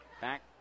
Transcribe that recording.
back